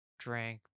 Drank